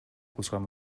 кылышкан